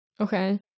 Okay